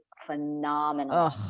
phenomenal